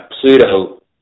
Pluto